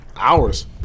Hours